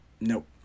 Nope